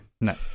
no